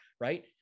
right